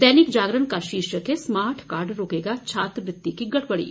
दैनिक जागरण का शीर्षक है स्मार्ट कार्ड रोकेगा छात्रवृत्रि की गड़बड़ी